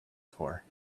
for